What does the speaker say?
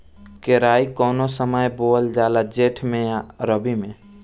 केराई कौने समय बोअल जाला जेठ मैं आ रबी में?